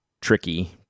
tricky